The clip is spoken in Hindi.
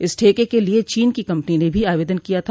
इस ठेके के लिए चीन की कंपनी ने भी आवेदन किया था